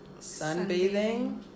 sunbathing